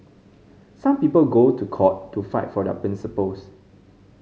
some people go to court to fight for their principles